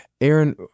Aaron